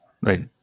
Right